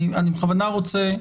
אני בכוונה רוצה,